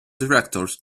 directors